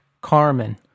Carmen